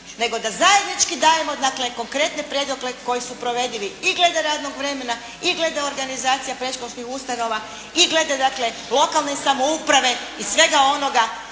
nego da zajednički dajemo konkretne prijedloge koji su provedivi i glede radnog vremena i glede organizacija predškolskih ustanova i glede dakle lokalne samouprave i svega onoga.